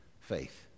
faith